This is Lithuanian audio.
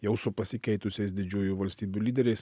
jau su pasikeitusiais didžiųjų valstybių lyderiais